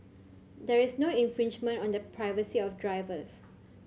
there is no infringement on the privacy of drivers